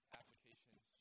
applications